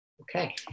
Okay